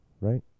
right